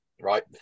right